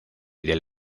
del